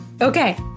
Okay